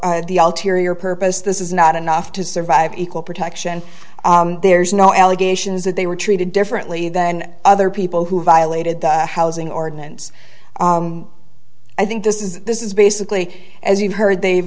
the all teary or purpose this is not enough to survive equal protection there's no allegations that they were treated differently than other people who violated the housing ordinance i think this is this is basically as you've heard they've